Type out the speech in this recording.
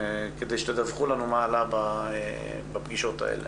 כדי שתדווחו לנו מה עלה בפגישות האלה.